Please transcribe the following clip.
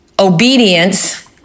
obedience